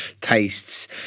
tastes